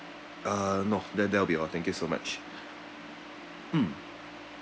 ah no that that'll be all thank you so much mm